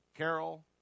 Carol